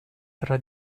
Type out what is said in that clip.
tra